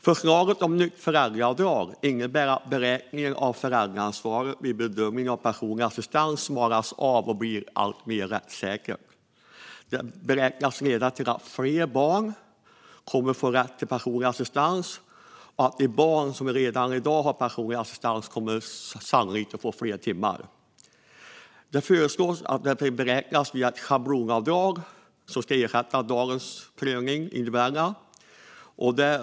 Förslaget om ett nytt föräldraavdrag innebär att beräkningen av föräldraansvaret vid bedömningen av personlig assistans smalnas av och blir mer rättssäker. Detta beräknas leda till att fler barn får rätt till personlig assistans och att barn som redan i dag har personlig assistans sannolikt får fler timmar. Det föreslås att detta beräknas som ett schablonavdrag, som ska ersätta dagens individuella prövning.